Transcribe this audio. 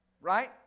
Right